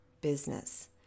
business